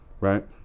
Right